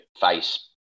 face